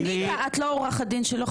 את לא עורכת דין שלו,